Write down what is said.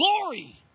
glory